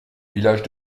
village